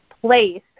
place